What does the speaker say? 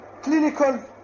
clinical